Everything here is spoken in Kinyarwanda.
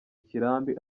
kirambi